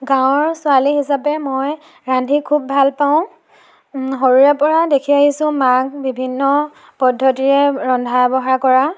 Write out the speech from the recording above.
গাঁৱৰ ছোৱালী হিচাপে মই ৰান্ধি খুব ভাল পাওঁ সৰুৰে পৰা দেখি আহিছোঁ মাক বিভিন্ন পদ্ধতিৰে ৰন্ধা বঢ়া কৰা